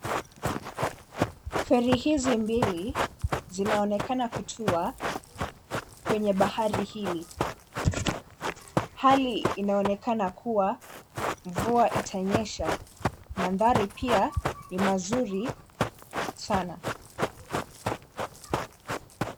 Ferry hizi mbili zinaonekana kutua kwenye bahari hili, hali inaonekana kuwa mvua itanyesha mandhari pia ni mazuri sana.